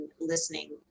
listening